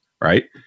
right